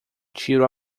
tiro